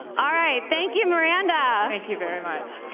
all right. thank you, miranda. thank you very much.